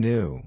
New